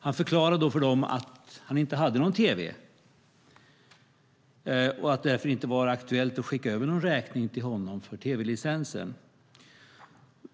Han förklarade då för dem att han inte hade någon tv och att det därför inte var aktuellt att skicka över någon räkning till honom för tv-licensen.